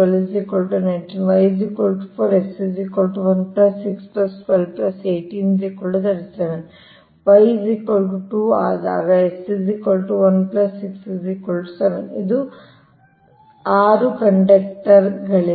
12 18 37 y 2 ಆದಾಗ S 1 6 7 ಇಲ್ಲಿ 6 ಕಂಡಕ್ಟರ್ಗಳಿವೆ